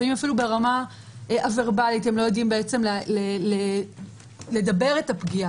לפעמים הם אפילו לא יודעים לדבר את הפגיעה,